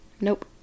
Nope